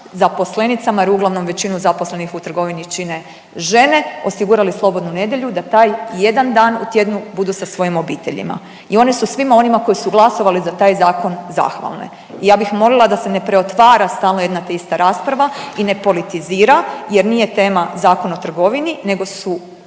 zaposlenicama jer uglavnom većinu zaposlenih u trgovini čine žene, osigurali slobodnu nedjelju da taj jedan dan u tjednu budu sa svojim obiteljima i one su svima onima koji su glasovali za taj zakon zahvalne. I ja bih molila da se ne preotvara stalno jedna te ista rasprava i ne politizira jer nije tema Zakon o trgovini nego je